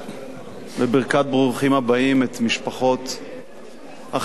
להגביר את הרמקול.